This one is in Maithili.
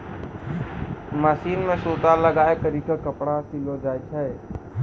मशीन मे सूता लगाय करी के कपड़ा सिलो जाय छै